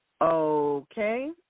Okay